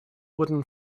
wooden